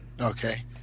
Okay